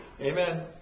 Amen